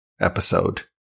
episode